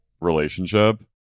relationship